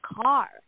car